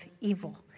evil